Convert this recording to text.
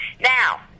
Now